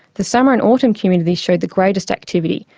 the summer and autumn communities showed the greatest activity,